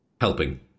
helping